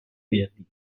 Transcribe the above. verdi